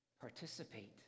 Participate